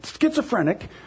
schizophrenic